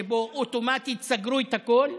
שבו אוטומטית סגרו את הכול.